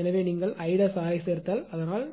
எனவே நீங்கள் 𝐼2𝑟 ஐச் சேர்த்தால் அதனால்